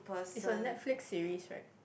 is a Netflix series right